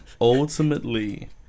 ultimately